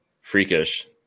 freakish